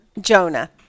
Jonah